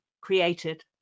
created